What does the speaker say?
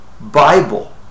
Bible